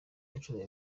nshuro